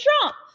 Trump